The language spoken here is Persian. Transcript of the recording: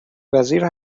وزیر